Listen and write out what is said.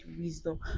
wisdom